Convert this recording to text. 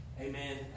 Amen